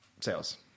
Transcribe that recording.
sales